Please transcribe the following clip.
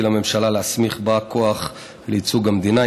לממשלה להסמיך בא כוח לייצוג המדינה).